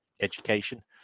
education